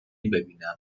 ببینم